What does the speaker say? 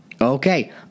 Okay